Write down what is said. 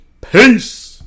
Peace